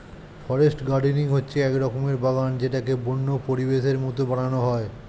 forest gardening হচ্ছে এক রকমের বাগান যেটাকে বন্য পরিবেশের মতো বানানো হয়